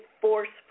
forceful